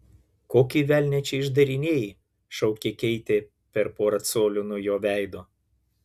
kokį velnią čia išdarinėji šaukė keitė per porą colių nuo jo veido